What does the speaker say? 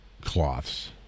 cloths